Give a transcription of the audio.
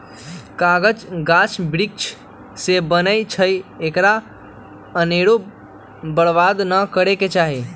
कागज गाछ वृक्ष से बनै छइ एकरा अनेरो बर्बाद नऽ करे के चाहि